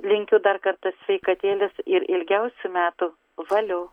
linkiu dar kartą sveikatėlės ir ilgiausių metų valio